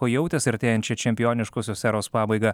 jautęs artėjančią čempioniškos eros pabaigą